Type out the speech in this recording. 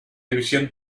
división